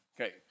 Okay